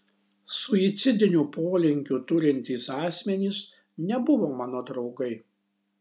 suicidinių polinkių turintys asmenys nebuvo mano draugai